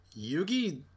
yugi